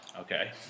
Okay